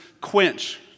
quench